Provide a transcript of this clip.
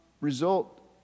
result